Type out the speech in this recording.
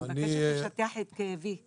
אני מבקשת לשטוח את כאבי.